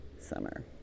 Summer